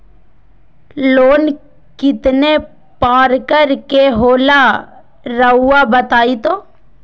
Loan कितने पारकर के होला रऊआ बताई तो?